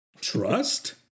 Trust